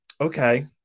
okay